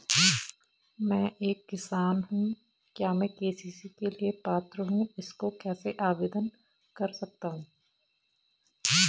मैं एक किसान हूँ क्या मैं के.सी.सी के लिए पात्र हूँ इसको कैसे आवेदन कर सकता हूँ?